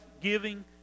giving